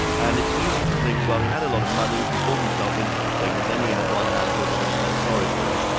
and it's easy to think, well he had a lot of money, he bought himself into the thing, and then he had one hand so everybody felt sorry for him.